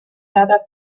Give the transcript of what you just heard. werder